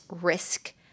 risk